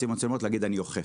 לשים מצלמות ולומר אני אוכף.